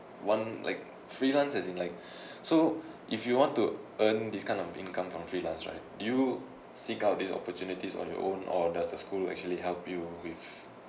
one like freelance as in like so if you want to earn this kind of income from freelance right do you seek out these opportunities on your own or does the school actually help you with